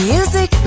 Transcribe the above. Music